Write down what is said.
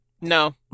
No